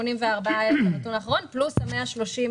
184,000 על פי הנתון האחרון פלוס 130,000